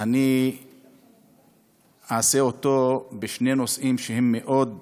אני אעשה בשני נושאים שמאוד